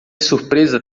surpresa